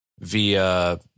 via